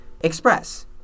Express